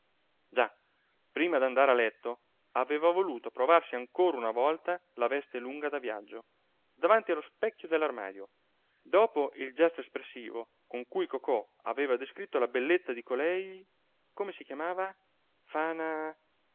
già prima d'andare a letto aveva voluto provarsi ancora una volta la veste lunga da viaggio davanti allo specchio dell'armadio dopo il gesto espressivo con cui cocò aveva descritto la bellezza di colei come si chiamava fana fana